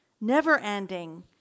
Never-ending